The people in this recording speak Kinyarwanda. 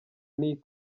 n’iyi